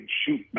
shoot